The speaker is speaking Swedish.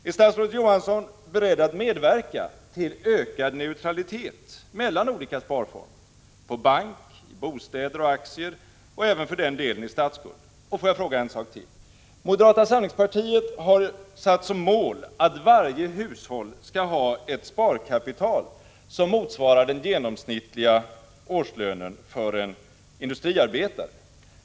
Är statsrådet Johansson beredd att medverka till ökad neutralitet mellan olika sparformer, på bank, i bostäder, i aktier, och för den delen även i statsskulden? Låt mig ställa ytterligare en fråga. Moderata samlingspartiet har satt som mål att varje hushåll skall ha ett sparkapital som motsvarar den genomsnittliga årslönen för en industriarbetare.